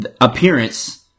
appearance